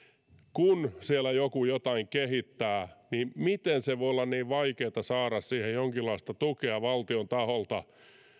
kun joku jotain kehittää niin miten se silti voi olla niin vaikeata saada siihen jonkinlaista tukea valtion taholta